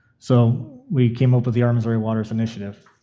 so, we came up with the our missouri waters initiative.